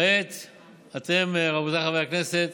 כעת אתם, רבותיי חברי הכנסת,